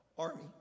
Army